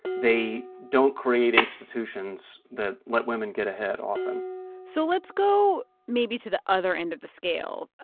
they don't create institutions that let women get ahead often so let's go maybe to the other end of the scale.